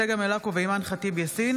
צגה מלקו ואימאן ח'טיב יאסין